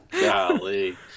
Golly